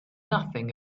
nothing